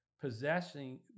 possessing